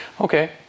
Okay